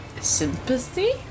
sympathy